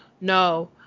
No